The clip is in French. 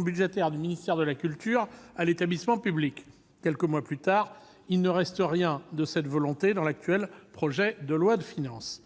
budgétaires du ministère de la culture à l'établissement public. Quelques mois plus tard, il ne reste rien de cette volonté dans le présent projet de loi de finances.